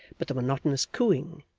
but the monotonous cooing,